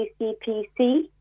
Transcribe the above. CCPC